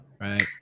Right